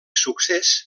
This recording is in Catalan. succés